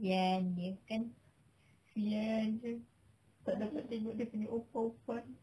ya newton learned